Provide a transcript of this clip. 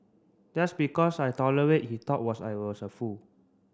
just because I tolerate he thought was I was a fool